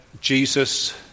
Jesus